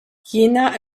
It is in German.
jener